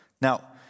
Now